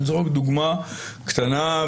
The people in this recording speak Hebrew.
זו רק דוגמה הקטנה,